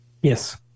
Yes